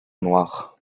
noire